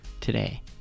today